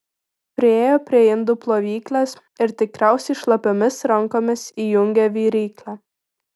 priėjo prie indų plovyklės ir tikriausiai šlapiomis rankomis įjungė viryklę